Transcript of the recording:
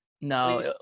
no